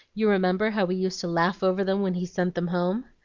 you remember how we used to laugh over them when he sent them home?